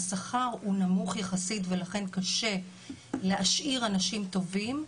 השכר הוא נמוך יחסית ולכן קשה להשאיר אנשים טובים.